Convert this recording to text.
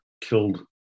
killed